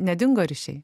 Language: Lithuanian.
nedingo ryšiai